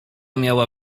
miała